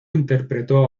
interpretó